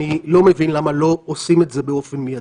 אני לא מבין למה לא עושים את זה באופן מיידי.